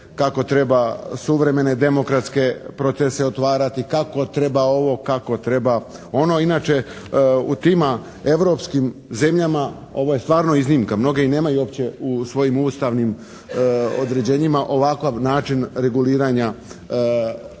kako treba suvremene demokratske procese otvarati, kako treba ovo, kako treba ono. Inače u tima europskim zemljama, ovo je stvarno iznimka. Mnoge i nemaju uopće u svojim ustavnim određenjima ovakav način reguliranja da